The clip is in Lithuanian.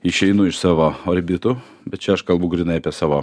išeinu iš savo orbitų bet čia aš kalbu grynai apie savo